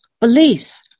beliefs